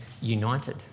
united